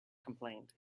complained